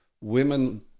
women